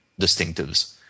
distinctives